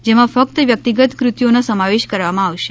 જેમા ફકત વ્યક્તિગત કૃતિઓનો સમાવેશ કરવામાં આવશે